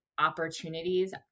Opportunities